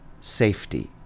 safety